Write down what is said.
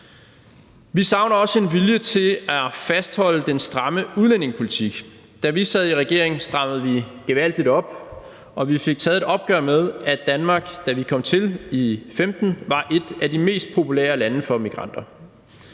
Vi savner også en vilje hos regeringen til at fastholde den stramme udlændingepolitik. Da vi sad i regering, strammede vi den gevaldig op, og vi fik taget et opgør med, at Danmark, da vi kom til i 2015, var et af de mest populære lande for migranter.